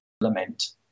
lament